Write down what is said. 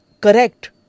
correct